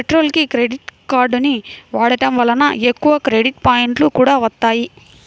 పెట్రోల్కి క్రెడిట్ కార్డుని వాడటం వలన ఎక్కువ క్రెడిట్ పాయింట్లు కూడా వత్తాయి